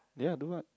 yeah do what